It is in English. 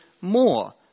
more